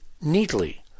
neatly